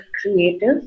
creative